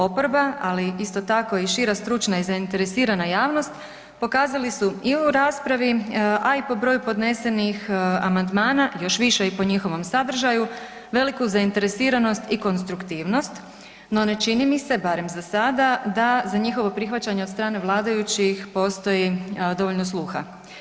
Oporba ali isto tako i šira stručna i zainteresirana javnost pokazali su i u raspravi, a i po broju podnesenih amandmana još više i po njihovom sadržaju veliku zainteresiranost i konstruktivnost, no ne čini mi barem za sada da za njihovo prihvaćanje od strane vladajućih postoji dovoljno sluha.